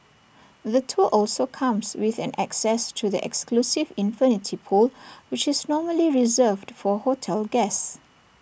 the tour also comes with an access to the exclusive infinity pool which's normally reserved for hotel guests